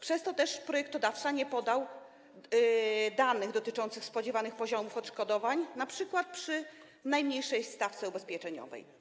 W związku z tym projektodawca nie podał też danych dotyczących spodziewanych poziomów odszkodowań np. przy najmniejszej stawce ubezpieczeniowej.